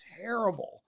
terrible